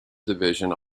division